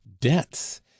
Debts